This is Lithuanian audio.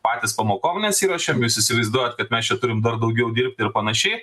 patys pamokom nesiruošiam jūs įsivaizduojat kad mes čia turim dar daugiau dirbti ir panašiai